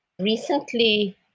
recently